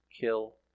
kill